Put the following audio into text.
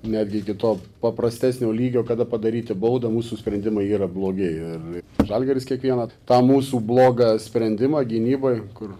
netgi iki to paprastesnio lygio kada padaryti baudą mūsų sprendimai yra blogi ir žalgiris kiekvieną tą mūsų blogą sprendimą gynyboj kur